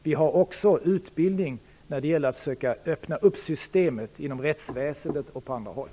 Vi har också utbildning när det gäller att försöka öppna systemet inom rättsväsendet och på andra håll.